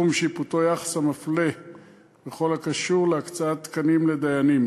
יחס המפלה בכל הקשור להקצאת תקנים לדיינים,